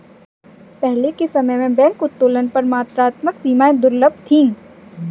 पहले के समय में बैंक उत्तोलन पर मात्रात्मक सीमाएं दुर्लभ थीं